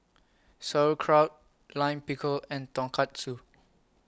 Sauerkraut Lime Pickle and Tonkatsu